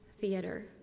theater